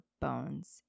bones